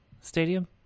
stadium